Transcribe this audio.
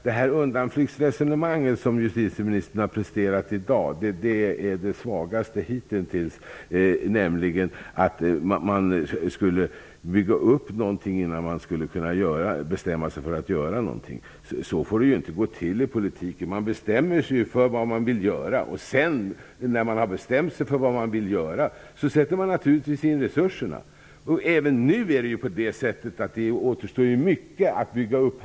Det undanflyktsresonemang som justitieministern har presterat i dag är det svagaste hittills, nämligen att man skulle bygga upp någonting innan man bestämmer sig för att göra någonting. Så får det inte gå till i politiken. Man bestämmer sig ju för vad man vill göra. När man sedan har bestämt sig för vad man vill göra, sätter man naturligtvis in resurser. Även nu är det mycket som här återstår att bygga upp.